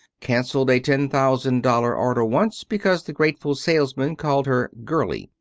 canceled a ten-thousand-dollar order once because the grateful salesman called her girlie.